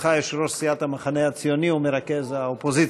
בהיותך יושב-ראש סיעת המחנה הציוני ומרכז האופוזיציה.